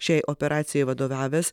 šiai operacijai vadovavęs